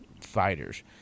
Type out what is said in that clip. fighters